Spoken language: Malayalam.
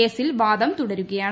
കേസിൽ വാദം തുടരുകയാണ്